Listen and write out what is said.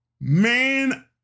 Man